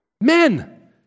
Men